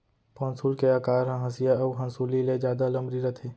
पौंसुल के अकार ह हँसिया अउ हँसुली ले जादा लमरी रथे